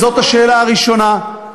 זאת השאלה הראשונה,